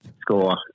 Score